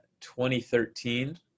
2013